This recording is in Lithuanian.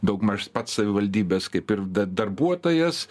daugmaž pats savivaldybės kaip ir da darbuotojas